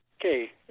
Okay